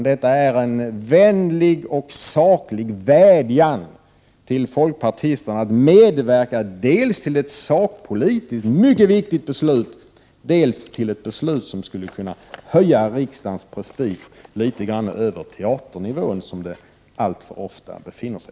Detta är en vänlig och saklig vädjan till folkpartiet att medverka dels till ett sakpolitiskt mycket viktigt beslut, dels till ett beslut som skulle kunna höja riksdagens prestige litet grand över teaternivån, där den alltför ofta befinner sig.